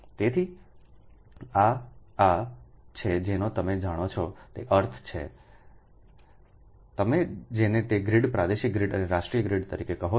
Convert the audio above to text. તેથી આ આ છે જેનો તમે જાણો છો તે અર્થ છે તમે જેને તે ગ્રીડ પ્રાદેશિક ગ્રીડ અને રાષ્ટ્રીય ગ્રીડ તરીકે કહો છો